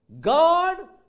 God